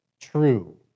true